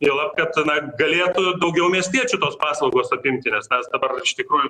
juolab kad na galėjo daugiau miestiečių tos paslaugos apimti nes mes dabar iš tikrųjų